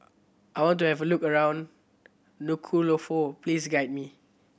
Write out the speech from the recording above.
I want to have a look around Nuku'alofa please guide me